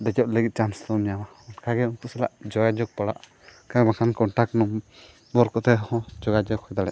ᱫᱮᱡᱚᱜ ᱞᱟᱹᱜᱤᱫ ᱪᱟᱱᱥ ᱫᱚᱢ ᱧᱟᱢᱟ ᱚᱱᱠᱟᱜᱮ ᱩᱱᱠᱩ ᱥᱟᱞᱟᱜ ᱡᱳᱜᱟᱡᱳᱜᱽ ᱯᱟᱲᱟᱜ ᱠᱷᱟᱡ ᱵᱟᱝᱠᱷᱟᱱ ᱠᱚᱱᱴᱟᱠᱴ ᱱᱚᱢᱵᱚᱨ ᱠᱚᱛᱮ ᱦᱚᱸ ᱡᱳᱜᱟᱡᱳᱜᱽ ᱦᱩᱭ ᱫᱟᱲᱮᱭᱟᱜᱼᱟ